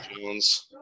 Jones